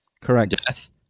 Correct